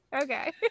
Okay